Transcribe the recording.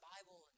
Bible